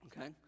Okay